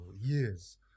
years